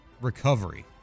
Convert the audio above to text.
recovery